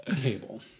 Cable